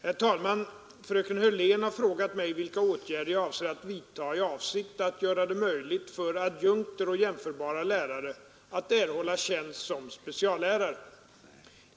Herr talman! Fröken Hörlén har frågat mig vilka åtgärder jag avser att vidtaga i avsikt att göra det möjligt för adjunkter och jämförbara lärare att erhålla tjänst som speciallärare.